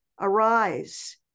arise